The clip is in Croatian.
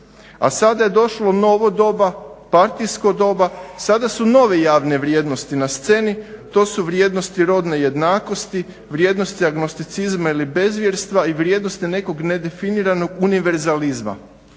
A sada je došlo novo doba partijsko doba sada su nove javne vrijednosti na sceni. To su vrijednosti rodne jednakosti, vrijednosti agnosticizma ili bezvjerstva i vrijednosti nekog nedefiniranog univerzalizma.